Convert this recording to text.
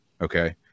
Okay